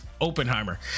Oppenheimer